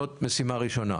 זאת משימה ראשונה,